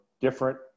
different